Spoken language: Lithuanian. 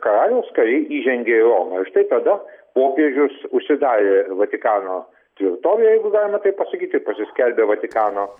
karaliaus kariai įžengė į romą ir štai tada popiežius užsidarė vatikano tvirtovėj jeigu galima taip pasakyt ir pasiskelbė vatikano